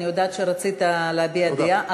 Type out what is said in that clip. אני יודעת שרצית להביע דעה,